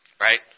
Right